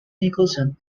nicholson